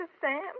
Sam